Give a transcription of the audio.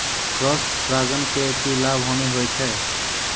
Cross परागण के की लाभ, हानि होय छै?